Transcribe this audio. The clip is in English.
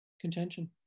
contention